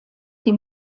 die